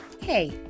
hey